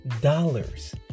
dollars